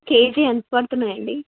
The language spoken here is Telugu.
కేజీ ఎంత పడుతున్నాయి అండి